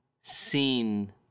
seen